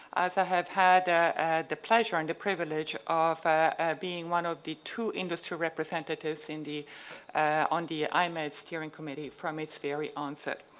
as i have had ah the pleasure and the privilege of being one of the two industry representatives in the on the imeds steering committee from its very onset.